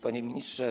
Panie Ministrze!